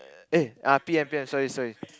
eh ah p_m p_m sorry sorry